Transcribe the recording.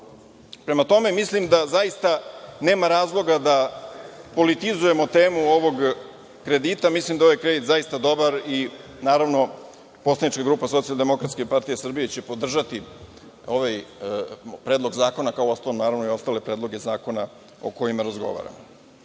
dana. Prema tome, mislim da zaista nema razloga da politizujemo temu ovog kredita. Mislim da je ovaj kredit zaista dobar i, naravno, poslanička grupa Socijaldemokratske partije Srbije će podržati ovaj Predlog zakona, kao i ostale predloge zakona o kojima razgovaramo. Dalje,